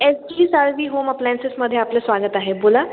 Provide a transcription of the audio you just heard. S G Salvi home अप्लायन्सेसमधे आपलं स्वागत आहे बोला